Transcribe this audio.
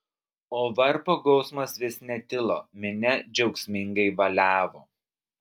o varpo gausmas vis netilo minia džiaugsmingai valiavo